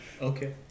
Okay